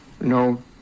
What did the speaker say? No